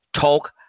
Talk